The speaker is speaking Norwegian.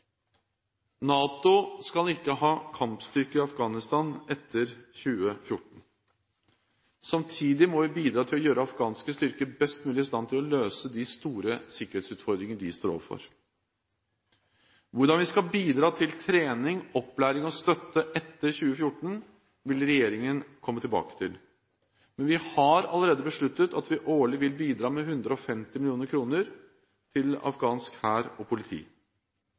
NATO skal ikke ha kampstyrker i Afghanistan etter 2014. Samtidig må vi bidra til å gjøre afghanske styrker best mulig i stand til å løse de store sikkerhetsutfordringer de står overfor. Hvordan vi skal bidra til trening, opplæring og støtte etter 2014, vil regjeringen komme tilbake til. Men vi har allerede besluttet at vi årlig vil bidra med 150 mill. kr til afghansk hær og politi.